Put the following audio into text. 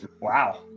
Wow